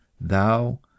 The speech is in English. thou